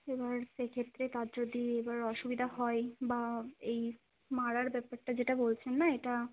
এবার সেক্ষেত্রে তার যদি এবার অসুবিধা হয় বা এই মারার ব্যাপারটা যেটা বলছেন না এটা